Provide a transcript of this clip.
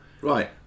right